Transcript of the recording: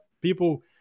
people